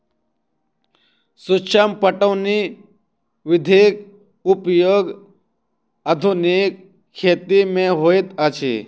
सूक्ष्म पटौनी विधिक उपयोग आधुनिक खेती मे होइत अछि